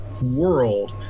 world